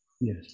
Yes